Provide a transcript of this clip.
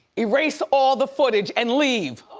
erase all the footage and leave.